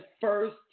first